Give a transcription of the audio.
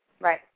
Right